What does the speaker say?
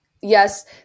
yes